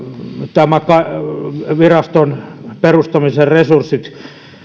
tämän viraston perustamisen resurssit